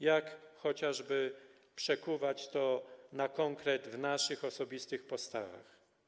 Jak chociażby przekuwać to na konkret w naszych osobistych postawach?